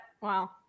Wow